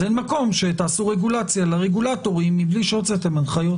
אז אין מקום שתעשו רגולציה לרגולטורים מבלי שהוצאתם הנחיות.